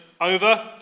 over